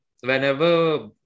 whenever